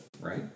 Right